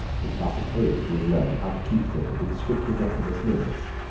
but we are supposed to have learned how to keep them within strictly decorous limits.